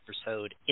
episode